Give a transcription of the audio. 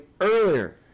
earlier